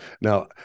now